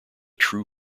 true